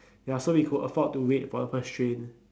ya so we could afford to wait or the first train